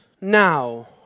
now